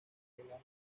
llegada